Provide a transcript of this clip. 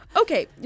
Okay